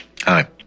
Hi